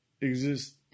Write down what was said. exist